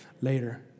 later